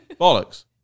Bollocks